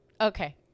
Okay